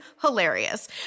hilarious